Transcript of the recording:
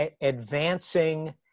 advancing